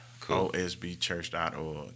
OSBChurch.org